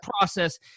process